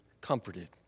comforted